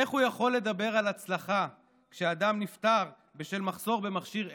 איך הוא יכול לדבר על הצלחה כשאדם נפטר בשל מחסור במכשירי אקמו,